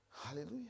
Hallelujah